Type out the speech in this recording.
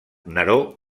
neró